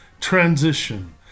transition